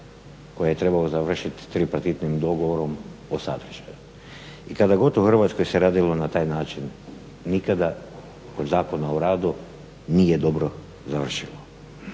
koje je trebalo završiti tripartitnim dogovorom o sadržaju. I kada god u Hrvatskoj se radilo na taj način nikada od Zakona o radu nije dobro završilo.